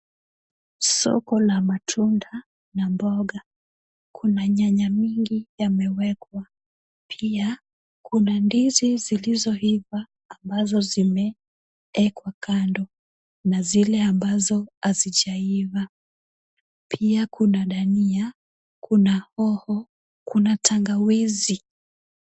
Soko la matunda na mboga, kuna nyanya mingi yamewekwa, pia kuna ndizi zilizoiva ambazo zimeekwa kando na zile ambazo hazijaiva, pia kuna dania, kuna hoho, kuna tangawizi.